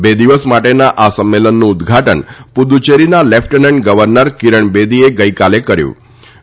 બે દિવસ માટેના આ સંમેલનનું ઉદઘાટન પુદુચેરીના લેફટનંટ ગવર્નર કિરણ બેદીએ ગઇકાલે કર્યુ ફતું